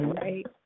right